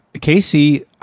Casey